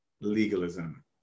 legalism